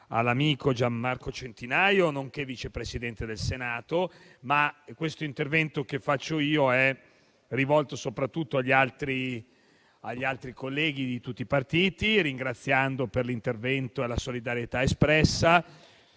all'amico Gian Marco Centinaio, nonché Vice Presidente del Senato. Questo mio intervento è rivolto soprattutto agli altri colleghi di tutti i partiti, che ringrazio per l'intervento e la solidarietà espressa.